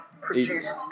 produced